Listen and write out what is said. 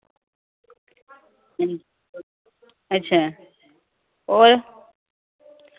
अच्छा होर